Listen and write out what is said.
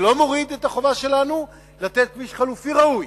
זה לא מוריד את החובה שלנו לתת כביש חלופי ראוי.